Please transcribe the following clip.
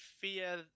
fear